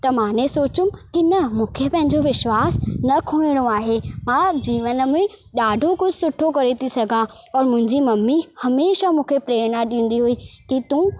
त माने सोचियुमि की न मूंखे पंहिंजो विश्वास न खोहिणो आहे मां जीवन में ॾाढो कुझु सुठो करे थी सघां और मुंहिंजी मम्मी हमेशा मूंखे प्रेरणा ॾींदी हुई की तूं